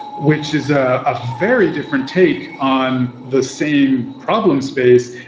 which is a ah very different take on the same problem space,